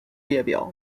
列表